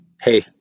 hey